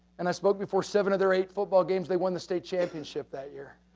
and i spoke before seven of their eight football games, they won the state championship that year.